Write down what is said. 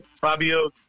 Fabio